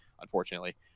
unfortunately